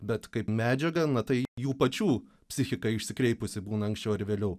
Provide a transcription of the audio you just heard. bet kaip medžiagą na tai jų pačių psichika išsikreipusi būna anksčiau ar vėliau